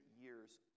years